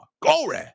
glory